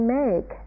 make